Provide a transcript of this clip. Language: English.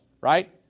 right